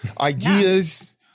ideas